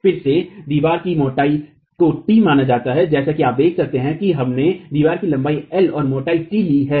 फिर से दीवार की मोटाई को t माना जाता है और जैसा कि आप देख सकते हैं कि हमने दीवार में लंबाई L और मोटाई t ली है